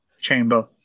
chamber